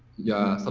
yeah so